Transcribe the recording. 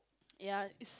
ya is